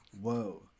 whoa